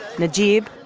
najeeb,